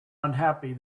unhappy